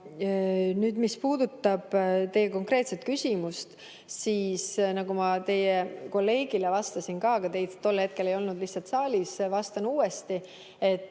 Nüüd, mis puudutab teie konkreetset küsimust, siis nagu ma ka teie kolleegile vastasin, teid tol hetkel ei olnud lihtsalt saalis, vastan uuesti.